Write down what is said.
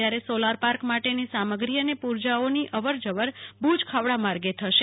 ત્યારે solar park માટેની સામગ્રી અને પુર્જાઓની અવસ્જવર ખાવડા માર્ગે થશે